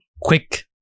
Quick